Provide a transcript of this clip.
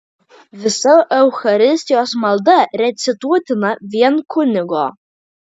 visa eucharistijos malda recituotina vien kunigo